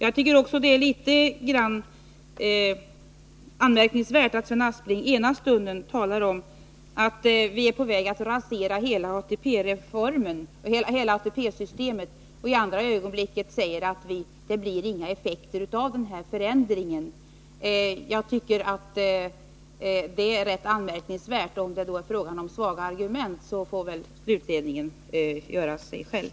Jag tycker också att det är påfallande att Sven Aspling ena stunden talar om att vi är på väg att rasera ATP-systemet och i andra ögonblicket säger att det inte blir några effekter av den här förändringen. Jag tycker att det är rätt anmärkningsvärt ologiskt. Om det är fråga om svaga argument, så får väl slutledningen ge sig själv.